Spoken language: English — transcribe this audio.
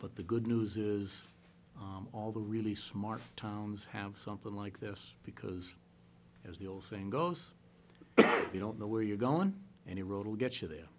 but the good news is all the really smart towns have something like this because as the old saying goes you don't know where you're going any road will get you there